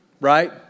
Right